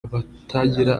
abatagira